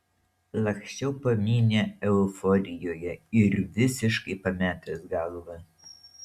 laksčiau po minią euforijoje ir visiškai pametęs galvą